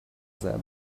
them